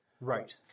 Right